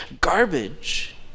garbage